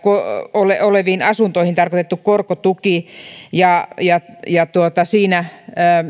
oleviin asuntoihin tarkoitettu korkotuki siinä